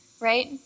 right